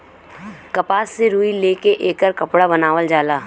कपास से रुई ले के एकर कपड़ा बनावल जाला